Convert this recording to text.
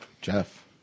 Jeff